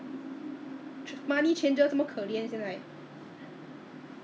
but 那个 feeling of drinking the mug chilled mug and then 喝下去的感觉实在好